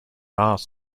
ours